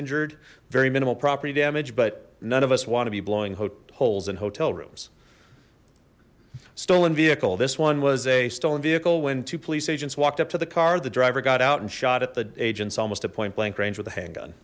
injured very minimal property damage but none of us want to be blowing holes in hotel rooms stolen vehicle this one was a stolen vehicle when two police agents walked up to the car the driver got out and shot at the agents almost at point blank range with a handgun